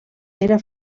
era